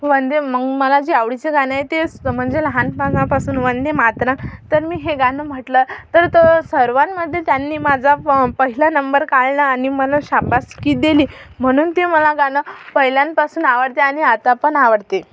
वंदेमा मला मग जे आवडीचं गाणं आहे ते म्हणजे लहानपणापासून वंदेमातरम तर मी हे गाणं म्हटलं तर तर सर्वांमध्ये त्यांनी माझा प पहिला नंबर काढला आणि मला शाबासकी दिली म्हणून ते मला गाणं पहिल्यापासून आवडते आणि आता पण आवडते